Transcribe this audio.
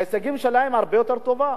ההישגים שלהם הרבה יותר טובים.